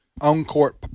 on-court